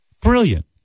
Brilliant